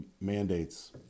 mandates